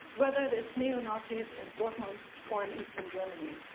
whether it's neo-nazis in dortmund or in eastern germany,